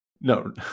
No